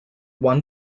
one